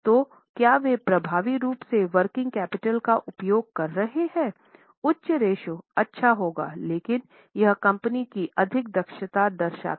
तो क्या वे प्रभावी रूप से वर्किंग कैपिटल का उपयोग कर रहे हैं उच्च रेश्यो अच्छा होगा क्योंकि यह कम्पनी की अधिक दक्षता दर्शाता है